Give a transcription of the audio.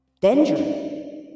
danger